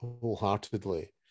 wholeheartedly